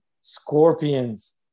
Scorpions